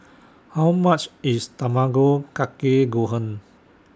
How much IS Tamago Kake Gohan